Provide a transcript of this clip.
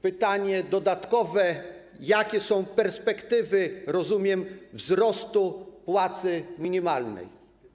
Pytanie dodatkowe: Jakie są perspektywy wzrostu płacy minimalnej?